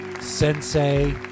Sensei